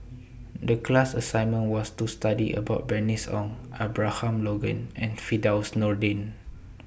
The class assignment was to study about Bernice Ong Abraham Logan and Firdaus Nordin